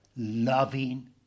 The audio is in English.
loving